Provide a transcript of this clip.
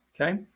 okay